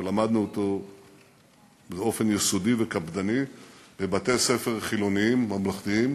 ולמדנו אותו באופן יסודי וקפדני בבתי-ספר חילוניים ממלכתיים,